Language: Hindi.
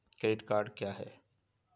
क्रेडिट कार्ड क्या है?